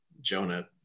Jonah